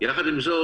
יחד עם זאת,